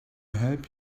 help